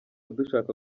dushaka